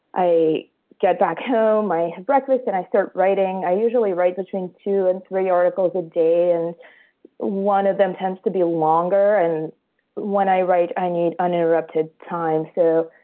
i get back home. i have breakfast and i start writing. i usually write between two and three articles a day, and one of them tends to be longer. and when i write i need uninterrupted time. so,